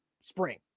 spring